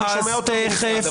אני שומע אותן בנפרד,